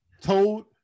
told